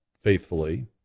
faithfully